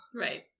Right